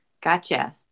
Gotcha